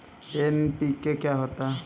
NPK क्या होता है?